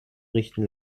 richten